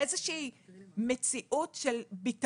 שתהיה להן איזו שהיא מציאות של ביטחון